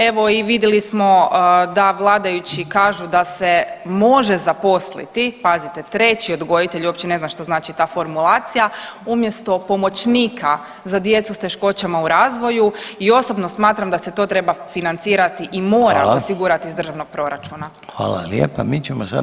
Evo vidjeli smo da vladajući kažu da se može zaposliti, pazite treći odgojitelj, uopće ne znam šta znači ta formulacija, umjesto pomoćnika za djecu s teškoćama u razvoju i osobno smatram da se to treba financirati i mora osigurati [[Upadica Reiner: Hvala.]] iz državnog proračuna.